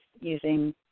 using